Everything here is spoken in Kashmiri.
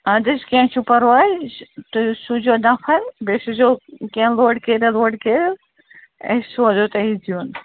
اَدٕ حظ کیٚنٛہہ چھُ پَرواے تُہۍ سوٗزیو نَفر بیٚیہِ سوٗزیو کیٚنٛہہ لوڈ کٮ۪رِیر ووڈکٮ۪رِیر اَسۍ سوزو تۄہہِ زیُن